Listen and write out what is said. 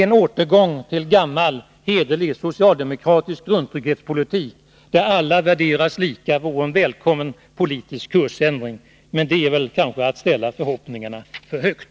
En återgång till en gammal hederlig socialdemokratisk grundtrygghetspolitik, där alla värderas lika, vore en välkommen politisk kursändring. Men det är väl kanske att ställa förhoppningarna för högt.